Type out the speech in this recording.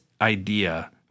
idea